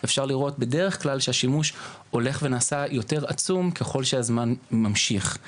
אפשר לראות בדרך כלל שהשימוש הולך ונעשה יותר עצום ככל שהזמן ממשיך.